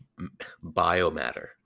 biomatter